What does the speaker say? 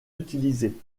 utilisée